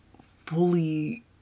fully